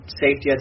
safety